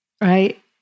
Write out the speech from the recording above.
right